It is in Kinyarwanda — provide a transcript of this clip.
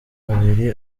babiri